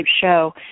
show